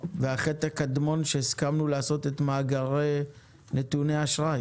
והחטא הקדמון שהסכמנו לעשות את מאגרי נתוני אשראי